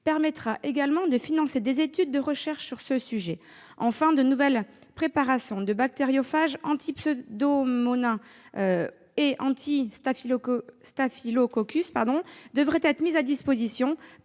permettra également de financer des études de recherche sur le sujet. Enfin, de nouvelles préparations de bactériophages anti-et anti-devraient être mises à disposition